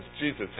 Jesus